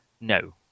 No